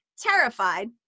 terrified